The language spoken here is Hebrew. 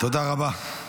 תודה רבה.